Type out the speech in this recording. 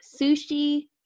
Sushi